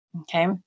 Okay